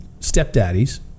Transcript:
stepdaddies